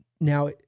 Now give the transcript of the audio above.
Now